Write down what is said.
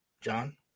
John